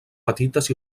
petites